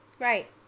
Right